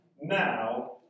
now